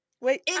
Wait